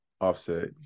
Offset